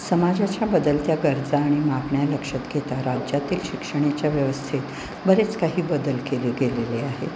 समाजाच्या बदलत्या गरजा आणि मागण्या लक्षात घेता राज्यातील शिक्षणेच्या व्यवस्थेत बरेच काही बदल केले गेलेले आहे